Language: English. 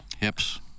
Hips